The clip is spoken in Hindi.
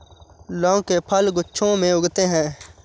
लौंग के फल गुच्छों में उगते हैं